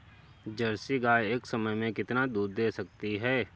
Jersey गाय एक समय में कितना दूध दे सकती है?